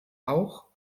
auch